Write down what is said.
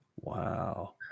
Wow